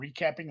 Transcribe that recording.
recapping